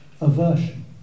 Aversion